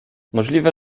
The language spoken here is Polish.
możliwe